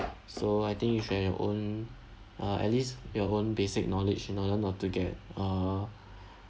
so I think you should have your own uh at least your own basic knowledge in order not to get uh